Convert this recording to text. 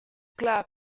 club